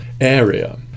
area